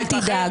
אל תדאג.